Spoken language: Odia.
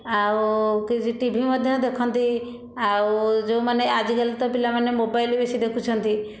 ଆଉ କିଛି ଟିଭି ମଧ୍ୟ ଦେଖନ୍ତି ଆଉ ଯେଉଁମାନେ ଆଜିକାଲି ତ ପିଲାମାନେ ମୋବାଇଲ ବେଶି ଦେଖୁଛନ୍ତି